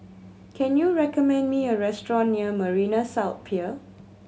can you recommend me a restaurant near Marina South Pier